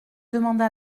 demanda